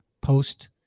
post